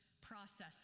processing